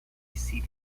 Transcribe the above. city